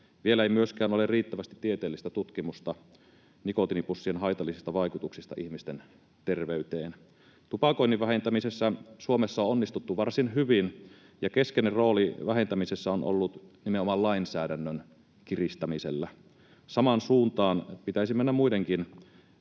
Vielä ei myöskään ole riittävästi tieteellistä tutkimusta nikotiinipussien haitallisista vaikutuksista ihmisten terveyteen. Tupakoinnin vähentämisessä Suomessa on onnistuttu varsin hyvin, ja keskeinen rooli vähentämisessä on ollut nimenomaan lainsäädännön kiristämisellä. Samaan suuntaan pitäisi mennä muidenkin